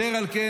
אשר על כן,